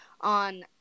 on